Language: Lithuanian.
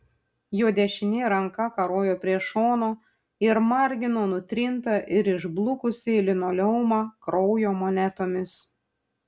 jo dešinė ranka karojo prie šono ir margino nutrintą ir išblukusį linoleumą kraujo monetomis